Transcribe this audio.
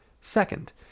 Second